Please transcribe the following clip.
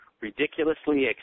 ridiculously